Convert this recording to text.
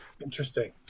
Interesting